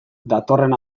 datorren